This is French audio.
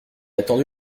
attendu